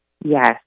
Yes